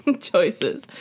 choices